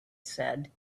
said